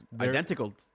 Identical